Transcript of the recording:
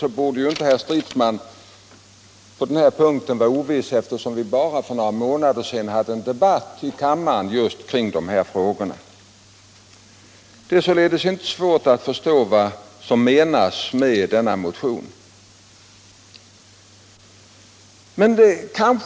Allra minst herr Stridsman borde vara oviss på den här punkten, eftersom vi bara för några månader sedan hade en debatt i kammaren kring just dessa frågor. Det är således inte svårt att förstå vad som menas med vår motion.